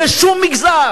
לשום מגזר.